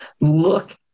look